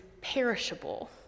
perishable